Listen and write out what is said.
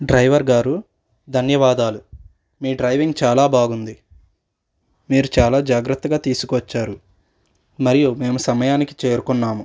driver గారు ధన్యవాదాలు మీ డ్రైవింగ్ చాలా బాగుంది మీరు చాలా జాగ్రత్తగా తీసుకొచ్చారు మరియు మేము సమయానికి చేరుకున్నాము